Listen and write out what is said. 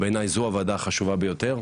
בעיניי זו הוועדה החשובה ביותר,